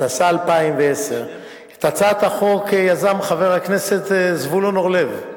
התשע"א 2011. את הצעת החוק יזם חבר הכנסת זבולון אורלב.